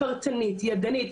פרטנית ידנית,